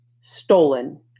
Stolen